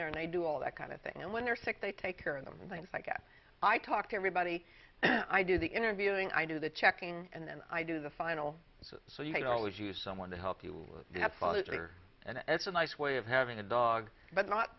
their and i do all that kind of thing and when they're sick they take care of them and i guess i talk to everybody i do the interviewing i do the checking and then i do the final so you can always use someone to help you have fathers or and it's a nice way of having a dog but not